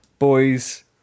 Boys